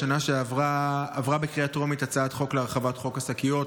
בשנה שעברה עברה בקריאה טרומית הצעת חוק להרחבת חוק השקיות